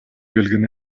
келген